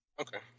Okay